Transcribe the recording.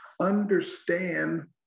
Understand